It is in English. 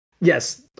yes